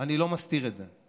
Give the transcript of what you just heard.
אני לא מסתיר את זה.